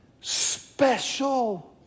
special